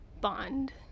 Bond